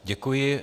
Děkuji.